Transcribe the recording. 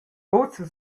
ussa